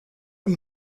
und